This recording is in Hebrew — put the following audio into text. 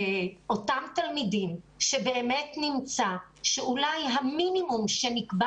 אותם תלמידים שנמצא שאולי המינימום שנקבע